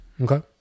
Okay